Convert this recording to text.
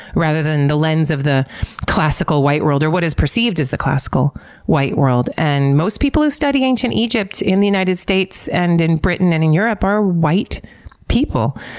rather than the lens of the classical white world, or what is perceived as the classical white world. and most people who study ancient egypt in the united states, and in britain, and in europe are white people.